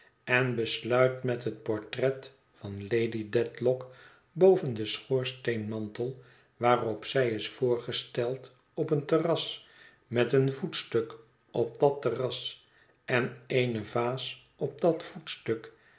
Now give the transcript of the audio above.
en besluit met het portret van lady dedlock boven den schoorsteenmantel waarop zij is voorgesteld op een terras met een voetstuk op dat terras en eene vaas op dat voetstuk